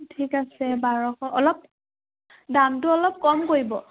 ঠিক আছে বাৰশ অলপ দামটো অলপ কম কৰিব